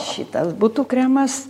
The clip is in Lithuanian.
šitas būtų kremas